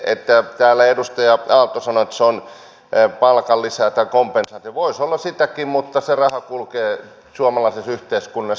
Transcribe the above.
kun täällä edustaja aalto sanoi että se on palkanlisä tai kompensaatio voi se olla sitäkin mutta se raha kulkee suomalaisessa yhteiskunnassa